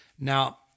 Now